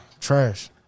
Trash